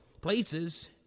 places